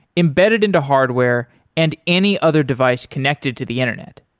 embedded into hardware and any other device connected to the internet.